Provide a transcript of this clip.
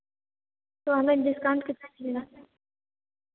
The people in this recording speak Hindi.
तो हमें डिस्काउंट कितना मिलेगा